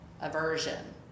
aversion